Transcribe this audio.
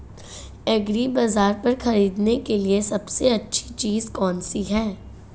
एग्रीबाज़ार पर खरीदने के लिए सबसे अच्छी चीज़ कौनसी है?